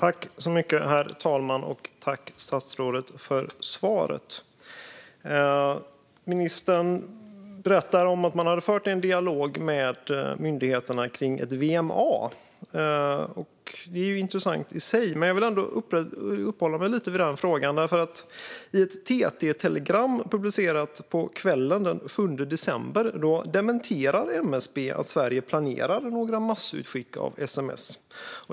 Herr talman! Tack, statsrådet, för svaret! Ministern berättar att man har fört en dialog med myndigheterna om ett VMA. Det är ju intressant i sig. Men jag vill ändå uppehålla mig lite vid den frågan. I ett TT-telegram publicerat på kvällen den 7 december dementerar nämligen MSB att Sverige planerar några massutskick av sms.